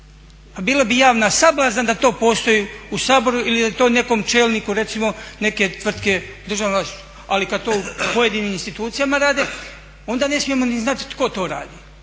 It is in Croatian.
pa bila bi javna sablazan da to postoji u Saboru ili da to nekom čelniku recimo neke tvrtke državne, ali kada to u pojedinim institucijama rade onda ne smijemo ni znati tko to radi.